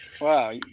Wow